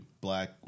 Black